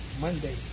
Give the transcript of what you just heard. Monday